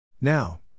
Now